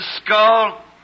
skull